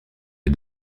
les